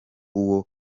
uwo